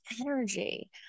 energy